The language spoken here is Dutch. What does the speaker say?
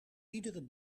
iedere